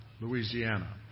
Louisiana